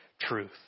truth